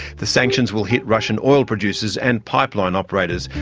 the sanctions will hit russian oil producers and pipeline operators,